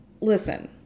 listen